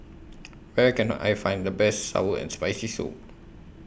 Where Can I Find The Best Sour and Spicy Soup